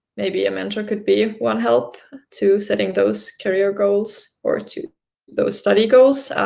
maybe a mentor could be one help to setting those career goals, or to those study goals.